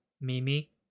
Mimi